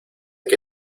que